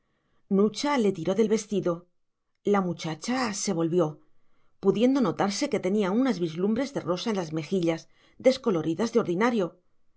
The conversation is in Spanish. nucha le tiró del vestido la muchacha se volvió pudiendo notarse que tenía unas vislumbres de rosa en las mejillas descoloridas de ordinario